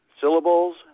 Syllables